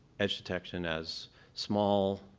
edge detection as small